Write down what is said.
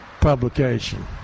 publication